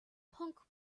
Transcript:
punk